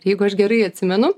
jeigu aš gerai atsimenu